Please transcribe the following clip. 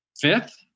Fifth